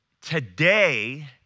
Today